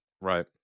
right